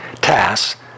tasks